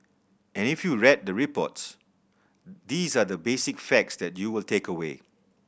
and if you red the reports these are the basic facts that you will take away